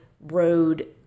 road